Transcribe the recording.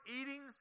eating